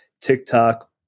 TikTok